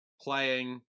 playing